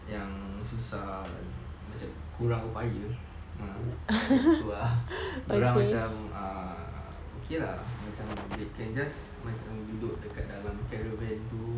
yang susah macam kurang upaya ah macam gitu ah dia orang macam err okay ah they can just macam duduk dalam caravan tu